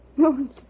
No